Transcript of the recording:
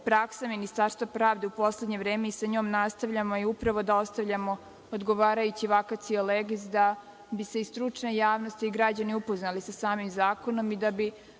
praksa Ministarstva pravde u poslednje vreme i sa njom nastavljamo i upravo dostavljamo odgovarajući vacatio legis da bi se i stručna javnost i građani upoznali sa samim zakonom i da bi